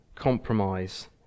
compromise